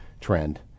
trend